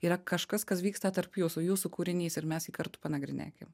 yra kažkas kas vyksta tarp jūsų jūsų kūrinys ir mes jį kartu panagrinėkim